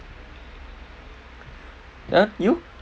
ya you